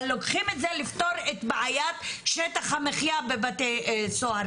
אבל לוקחים את זה כדי לפתור את בעיית שטח המחייה בבתי הסוהר,